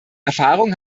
erfahrung